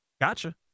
gotcha